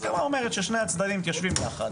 הסכמה אומרת ששני הצדדים מתיישבים יחד,